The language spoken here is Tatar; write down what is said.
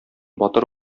батыр